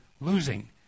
losing